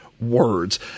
words